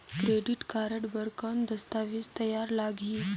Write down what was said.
Credit card बर कौन दस्तावेज तैयार लगही?